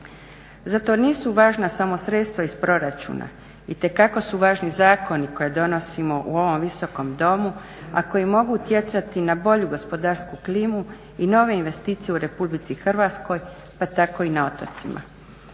Zato nisu važna samo sredstva iz proračuna. Itekako su važni zakoni koje donosimo u ovom Visokom domu, a koji mogu utjecati na bolju gospodarsku klimu i nove investicije u Republici Hrvatskoj, pa tako i na otocima.